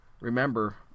Remember